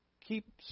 keep